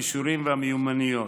האנשים, כי יש להם